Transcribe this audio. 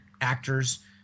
actors